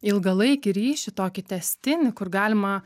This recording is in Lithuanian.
ilgalaikį ryšį tokį tęstinį kur galima